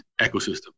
ecosystem